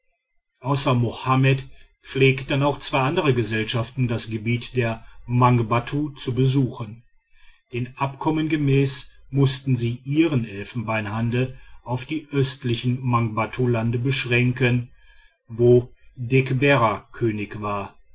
außer mohammed pflegten auch zwei andere gesellschaften das gebiet der mangbattu zu besuchen dem abkommen gemäß mußten sie ihren elfenbeinhandel auf die östlichen mangbattulande beschränken wo degberra könig war